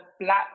black